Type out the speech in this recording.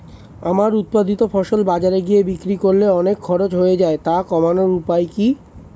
আমার উৎপাদিত ফসল বাজারে গিয়ে বিক্রি করলে অনেক খরচ হয়ে যায় তা কমানোর উপায় কি?